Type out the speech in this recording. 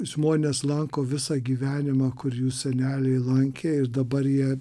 žmonės lanko visą gyvenimą kur jų seneliai lankė ir dabar jie